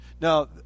Now